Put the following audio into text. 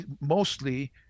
mostly